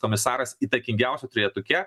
komisaras įtakingiausių trejetuke